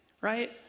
Right